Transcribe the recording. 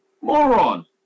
moron